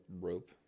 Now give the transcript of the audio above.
ROPE